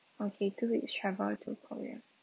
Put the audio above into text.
okay two weeks travel to korea